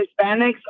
Hispanics